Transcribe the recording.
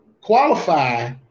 qualify